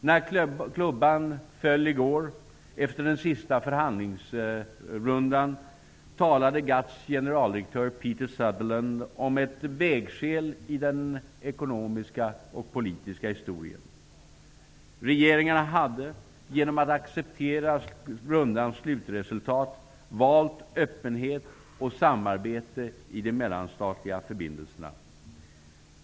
När klubban föll i går efter den sista förhandlingsrundan talade GATT:s generaldirektör Peter Sutherland om ett vägskäl i den ekonomiska och politiska historien. Regeringarna hade, genom att acceptera rundans slutresultat, valt öppenhet och samarbete i de mellanstatliga förbindelserna.